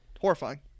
horrifying